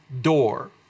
door